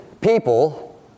people